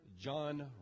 John